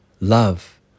love